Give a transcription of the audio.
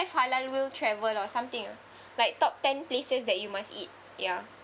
have halal will travel or something ah like top ten places that you must eat ya